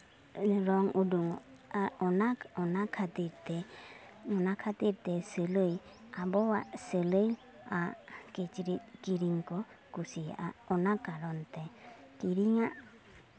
ᱨᱚᱝ ᱩᱰᱩᱠᱚᱜᱼᱟ ᱚᱱᱟ ᱚᱱᱟ ᱠᱷᱟᱹᱛᱤᱨ ᱛᱮ ᱚᱱᱟ ᱠᱷᱟᱹᱛᱤᱨ ᱛᱮ ᱥᱤᱞᱟᱹᱭ ᱟᱵᱚᱣᱟᱜ ᱥᱤᱞᱟᱹᱭ ᱟᱜ ᱠᱤᱪᱨᱤᱪ ᱠᱤᱨᱤᱧ ᱠᱚ ᱠᱩᱥᱤᱭᱟᱜᱼᱟ ᱚᱱᱟ ᱠᱟᱨᱚᱱ ᱛᱮ ᱠᱤᱨᱤᱧᱟᱜ